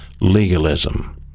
legalism